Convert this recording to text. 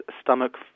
stomach